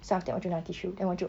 so after that 我就拿 tissue then 我就